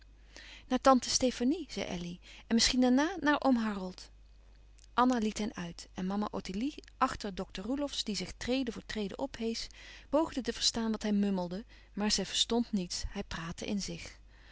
naar tante stefanie zei elly en misschien daarna naar oom harold anna liet hen uit en mama ottilie achter dokter roelofsz die zich trede voor trede opheesch poogde te verstaan wat hij mummelde maar zij verstond niets hij praatte in zich